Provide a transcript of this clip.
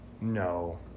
No